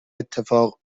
اتفاق